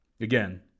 Again